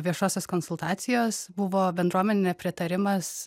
viešosios konsultacijos buvo bendruomenių nepritarimas